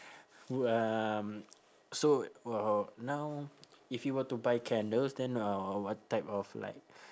um so now if you were to buy candles then uh what type of like